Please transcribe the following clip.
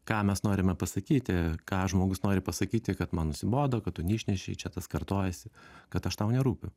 ką mes norime pasakyti ką žmogus nori pasakyti kad man nusibodo kad tu neišnešei čia tas kartojasi kad aš tau nerūpiu